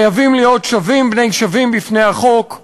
חייבים להיות שווים בני שווים בפני החוק,